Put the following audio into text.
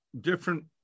different